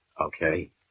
Okay